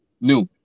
New